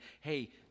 hey